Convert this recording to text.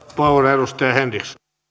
arvoisa